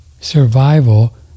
survival